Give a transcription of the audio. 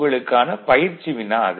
உங்களுக்கான பயிற்சி வினா அது